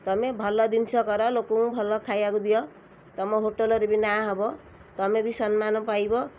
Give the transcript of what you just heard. ତମେ ଭଲ ଜିନିଷ କର ଲୋକଙ୍କୁ ଭଲ ଖାଇବାକୁ ଦିଅ ତମ ହୋଟେଲ୍ର ବି ନାଁ ହବ ତମେ ବି ସମ୍ମାନ ପାଇବ